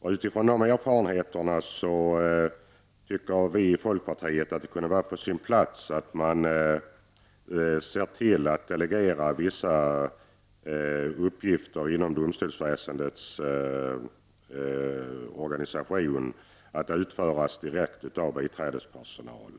På basis av dessa tycker vi i folkpartiet att det kunde vara på sin plats att man ser till att delegera vissa uppgifter inom domstolsväsendets organisation att utföras direkt av biträdespersonal.